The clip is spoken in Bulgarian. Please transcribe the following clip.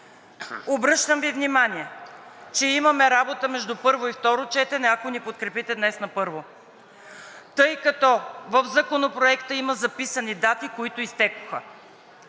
Обръщам Ви внимание, че имаме работа между първо и второ четене, ако ни подкрепите днес на първо, тъй като в Законопроекта има записани дати, които изтекоха.